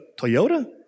Toyota